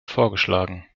vorgeschlagen